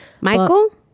Michael